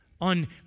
on